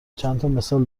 چندتامثال